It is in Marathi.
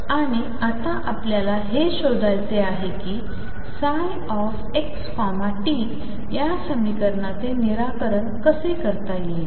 आणि आता आपल्याला हे शोधायचे आहे की ψ x tया समीकरणाचे निराकरण कसे करता येईल